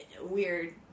weird